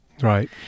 Right